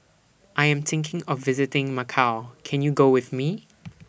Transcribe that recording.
I Am thinking of visiting Macau Can YOU Go with Me